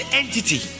entity